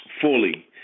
fully